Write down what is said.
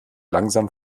langsam